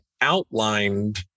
outlined